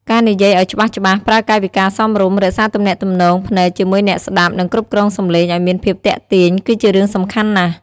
ការនិយាយឲ្យច្បាស់ៗ ប្រើកាយវិការសមរម្យ រក្សាទំនាក់ទំនងភ្នែកជាមួយអ្នកស្តាប់ និងគ្រប់គ្រងសម្លេងឲ្យមានភាពទាក់ទាញ គឺជារឿងសំខាន់ណាស់។